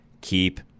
keep